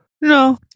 No